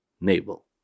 navel